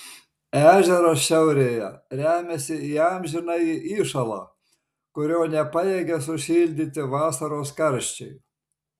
ežeras šiaurėje remiasi į amžinąjį įšąlą kurio nepajėgia sušildyti vasaros karščiai